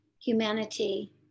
humanity